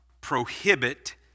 prohibit